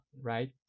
Right